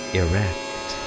erect